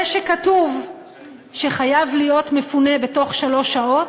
זה שכתוב שחייב להיות מפונה בתוך שלוש שעות,